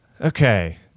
Okay